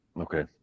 Okay